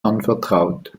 anvertraut